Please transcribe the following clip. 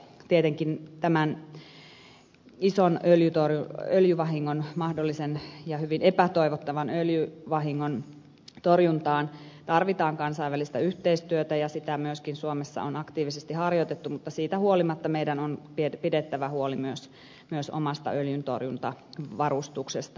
tietenkin tämän ison öljyvahingon mahdollisen ja hyvin epätoivottavan öljyvahingon torjuntaan tarvitaan kansainvälistä yhteistyötä ja sitä myöskin suomessa on aktiivisesti harjoitettu mutta siitä huolimatta meidän on pidettävä huoli myös omasta öljyntorjuntavarustuksestamme